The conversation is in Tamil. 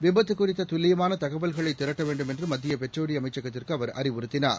விபத்து குறித்த துல்லியமான தகவல்களை திரட்ட வேண்டும் என்று மத்திய பெட்ரோலிய அமைச்சகத்திறகு அவர் அறிவுறத்தினார்